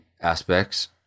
aspects